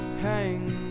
hang